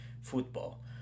football